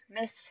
Miss